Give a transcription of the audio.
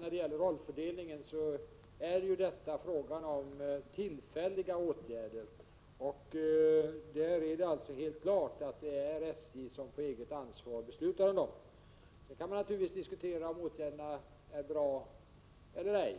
När det gäller rollfördelningen vill jag säga att det är helt klart att det, när det är fråga om tillfälliga åtgärder, är SJ som på eget ansvar beslutar om dem. Sedan kan man naturligtvis diskutera om åtgärderna är bra eller ej.